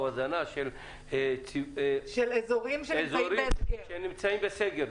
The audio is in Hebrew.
הזנה של --- של איזורים שנמצאים בסגר,